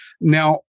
Now